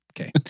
Okay